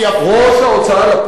ראש ההוצאה לפועל,